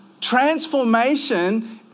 Transformation